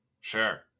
Sure